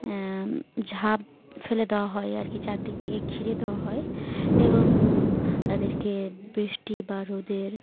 ঝাঁপ ফেলে দেওয়া হয় আর কি চারদিক থেকে ঘিরে দেওয়া হয় এবং তাদেরকে বৃষ্টি বা রোদের